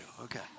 Okay